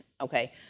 okay